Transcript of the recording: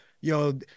Yo